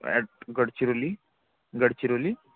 at Gadchiroli Gadchiroli